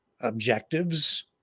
objectives